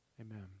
Amen